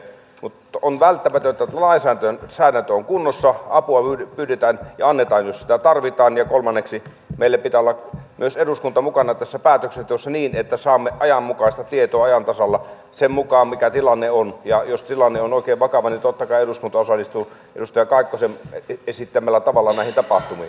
mutta on välttämätöntä että lainsäädäntö on kunnossa apua pyydetään ja annetaan jos sitä tarvitaan ja kolmanneksi meillä pitää olla myös eduskunta mukana tässä päätöksenteossa niin että saamme ajanmukaista tietoa ajan tasalla sen mukaan mikä tilanne on ja jos tilanne on oikein vakava niin totta kai eduskunta osallistuu edustaja kaikkosen esittämällä tavalla näihin tapahtumiin